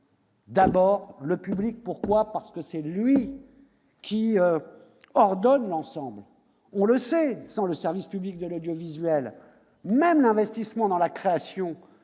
par le secteur public, car c'est lui qui ordonne l'ensemble. On le sait, sans le service public de l'audiovisuel, l'investissement dans la création